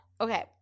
Okay